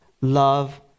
love